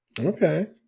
okay